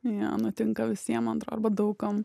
tai jo nutinka visiem man atrodo arba daug kam